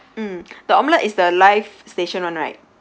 mm the omelette is the live station one right